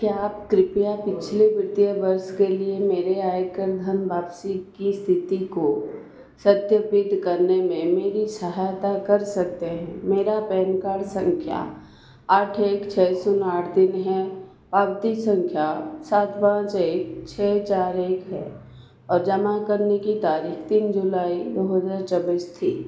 क्या आप कृपया पिछले वित्तीय वर्ष के लिए मेरे आयकर धन वापसी की स्थिति को सत्यापित करने में मेरी सहायता कर सकते हैं मेरा पैन कार्ड संख्या आठ एक छः शून्य आठ तीन है पावती संख्या सात पाँच एक छः चार एक है और जमा करने की तारीख़ तीन जुलाई दो हज़ार चौबीस थी